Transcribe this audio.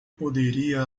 poderia